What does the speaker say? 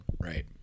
Right